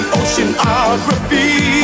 oceanography